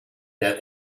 der